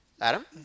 Adam